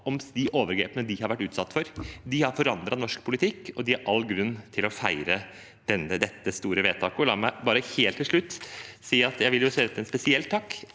om de overgrepene de har vært utsatt for. De har forandret norsk politikk, og de har all grunn til å feire dette store vedtaket. La meg helt til slutt rette en spesiell takk